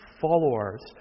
followers